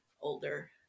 older